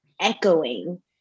echoing